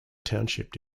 township